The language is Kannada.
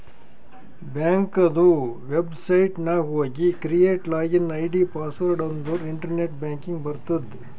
ಬ್ಯಾಂಕದು ವೆಬ್ಸೈಟ್ ನಾಗ್ ಹೋಗಿ ಕ್ರಿಯೇಟ್ ಲಾಗಿನ್ ಐ.ಡಿ, ಪಾಸ್ವರ್ಡ್ ಅಂದುರ್ ಇಂಟರ್ನೆಟ್ ಬ್ಯಾಂಕಿಂಗ್ ಬರ್ತುದ್